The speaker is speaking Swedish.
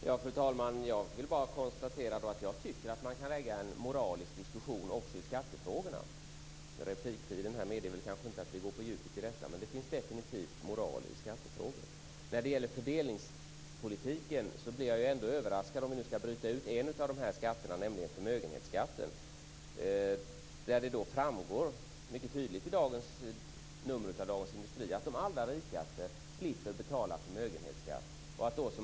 Fru talman! Jag vill bara konstatera att jag tycker att man kan föra en moralisk diskussion också i skattefrågorna. Repliktiden medger kanske inte att vi går på djupet i detta, men det finns definitivt moral i skattefrågor. När det gäller fördelningspolitiken blev jag överraskad, om jag nu skall bryta ut en av skatterna, nämligen förmögenhetsskatten, då det i dagens nummer av Dagens Industri mycket tydligt framgår att de allra rikaste slipper att betala förmögenhetsskatt.